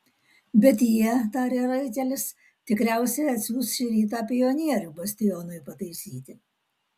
bet jie tarė raitelis tikriausiai atsiųs šį rytą pionierių bastionui pataisyti